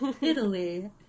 Italy